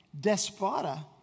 despota